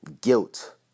guilt